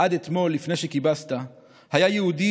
עד אתמול לפני שכיבסת היה יהודי,